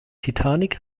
titanic